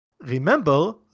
Remember